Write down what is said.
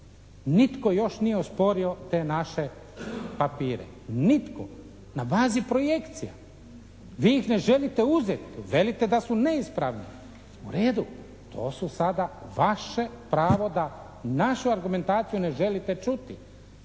Nitko još nije osporio te naše papire, nitko, na bazi projekcija. Vi ih ne želite uzeti, velite da su neispravni. U redu, to su sada vaše pravo da našu argumentaciju ne želite čuti,